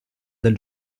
del